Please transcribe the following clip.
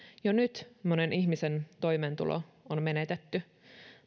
jo nyt monen ihmisen toimeentulo on menetetty